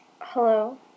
hello